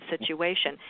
situation